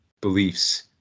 beliefs